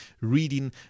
reading